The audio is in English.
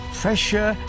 pressure